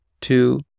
two